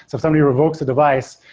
if somebody revokes the device,